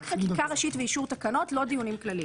רק חקיקה ראשית ואישור תקנות, לא דיונים כלליים.